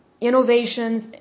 innovations